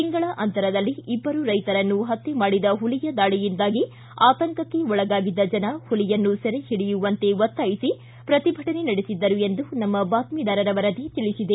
ತಿಂಗಳ ಅಂತರದಲ್ಲಿ ಇಬ್ಬರು ರೈತರನ್ನು ಹತ್ತೆ ಮಾಡಿದ ಹುಲಿಯ ದಾಳಿಯಿಂದಾಗಿ ಆತಂಕಕ್ಕೆ ಒಳಗಾಗಿದ್ದ ಜನ ಹುಲಿಯನ್ನು ಸೆರೆಹಿಡಿಯುವಂತೆ ಒತ್ತಾಯಿಸಿ ಪ್ರತಿಭಟನೆ ನಡೆಸಿದ್ದರು ಎಂದು ನಮ್ಮ ಬಾತ್ಯಿದಾರರ ವರದಿ ತಿಳಿಸಿದೆ